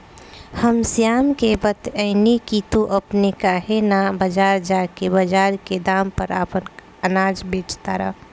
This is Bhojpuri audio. हम श्याम के बतएनी की तू अपने काहे ना बजार जा के बजार के दाम पर आपन अनाज बेच तारा